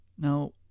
Now